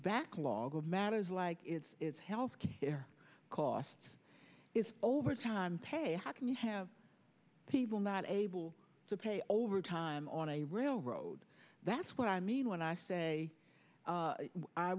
backlog of matters like it's it's health care costs is overtime pay how can you have people not able to pay overtime on a railroad that's what i mean when i say